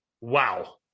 Wow